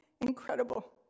incredible